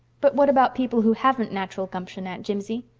but what about people who haven't natural gumption, aunt jimsie?